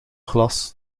glas